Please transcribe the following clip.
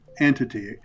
entity